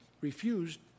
refused